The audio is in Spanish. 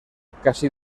casi